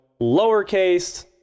lowercase